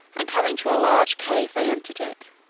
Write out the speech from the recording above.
and coming to a large cave they entered it,